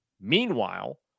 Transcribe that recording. Meanwhile